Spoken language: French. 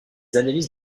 analyses